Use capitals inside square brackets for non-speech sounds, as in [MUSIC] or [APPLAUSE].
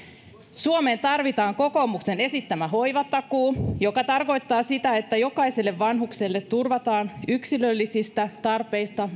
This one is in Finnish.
suomeen tarvitaan kokoomuksen esittämä hoivatakuu joka tarkoittaa sitä että jokaiselle vanhukselle turvataan yksilöllisistä tarpeista [UNINTELLIGIBLE]